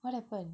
what happen